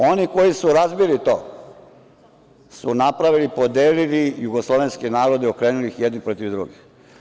Oni koji su napravili to su napravili, podelili jugoslovenske narode i okrenuli ih jedni protiv drugih.